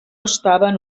estaven